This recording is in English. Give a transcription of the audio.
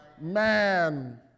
Man